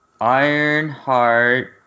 Ironheart